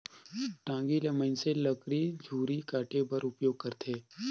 टागी ल मइनसे लकरी झूरी काटे बर उपियोग करथे